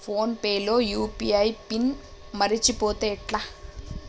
Phone pay లో UPI pin మరచిపోతే ఎట్లా?